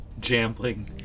Jambling